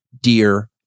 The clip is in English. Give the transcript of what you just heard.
Dear